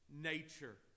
nature